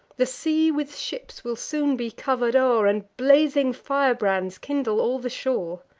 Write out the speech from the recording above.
the sea with ships will soon be cover'd o'er, and blazing firebrands kindle all the shore.